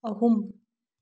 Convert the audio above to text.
ꯑꯍꯨꯝ